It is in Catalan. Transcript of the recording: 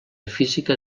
física